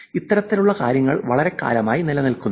ഇത്തരത്തിലുള്ള കാര്യങ്ങൾ വളരെക്കാലമായി നിലനിൽക്കുന്നു